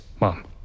Mom